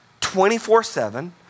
24-7